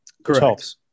Correct